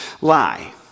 lie